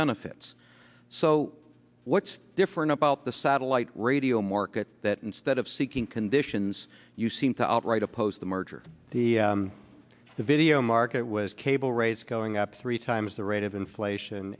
benefits so what's different about the satellite radio market that instead of seeking conditions you seem to outright oppose the merger the the video market was cable rates going up three times the rate of inflation